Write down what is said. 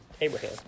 Abraham